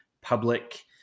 public